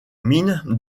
mines